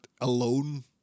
alone